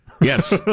Yes